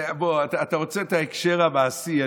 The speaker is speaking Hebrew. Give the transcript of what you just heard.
אתה רוצה את ההקשר המעשי?